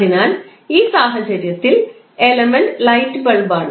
അതിനാൽ ഈ സാഹചര്യത്തിൽ എലമെൻറ് ലൈറ്റ് ബൾബാണ്